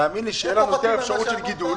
תאמין לי שתהיה לנו יותר אפשרות של גידול.